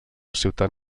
ciutat